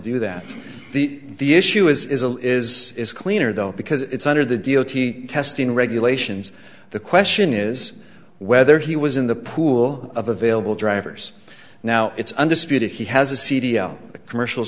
do that the the issue is a is is cleaner though because it's under the d o t testing regulations the question is whether he was in the pool of available drivers now it's undisputed he has a c d o commercials